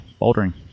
bouldering